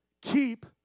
keep